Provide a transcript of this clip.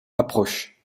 approche